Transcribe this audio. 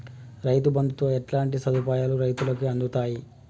రైతు బంధుతో ఎట్లాంటి సదుపాయాలు రైతులకి అందుతయి?